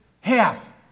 half